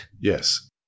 Yes